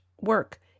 work